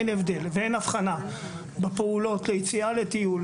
אין הבדל ואין הבחנה בין פעולות ליציאה לטיול,